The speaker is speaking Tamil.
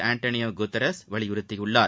ஆண்டனியோ குட்டரஸ் வலியுறுத்தியுள்ளார்